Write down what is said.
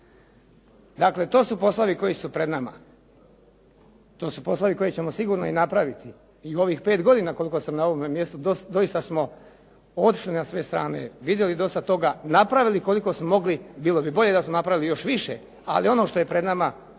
Dakle, to su poslovi koji su pred nama. To su poslovi koje ćemo sigurno i napraviti. I ovih 5 godina koliko sam na ovome mjestu doista smo otišli na sve strane, vidjeli dosta toga, napravili koliko smo mogli, bilo bi bolje da smo napravili još više, ali ono što je pred nama